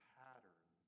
pattern